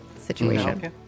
situation